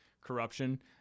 corruption